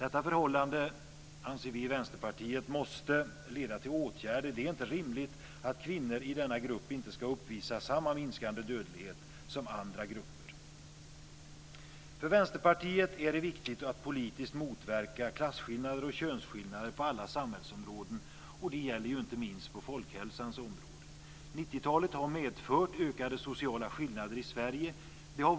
Detta förhållande anser vi i Vänsterpartiet måste leda till åtgärder. Det är inte rimligt att kvinnor i denna grupp inte ska uppvisa samma minskande dödlighet som andra grupper. För Vänsterpartiet är det viktigt att politiskt motverka klasskillnader och könsskillnader på alla samhällsområden. Det gäller inte minst på folkhälsans område. 90-talet har medfört ökade sociala skillnader i Sverige.